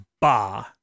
Bah